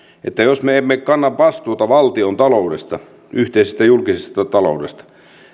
että jos me emme kanna vastuuta valtiontaloudesta yhteisestä julkisesta taloudesta